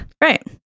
Right